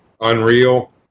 unreal